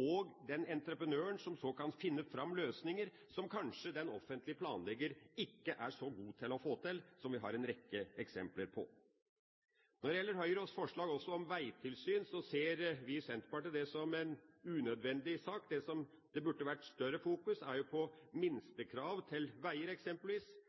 og den entreprenøren som så kan finne fram til løsninger som kanskje den offentlige planlegger ikke er så god til å få til, noe vi har en rekke eksempler på. Når det gjelder Høyres forslag om veitilsyn, ser vi i Senterpartiet det som en unødvendig sak. Det som det burde vært større fokus på, er minstekrav til veier eksempelvis,